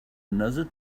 another